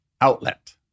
outlet